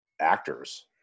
actors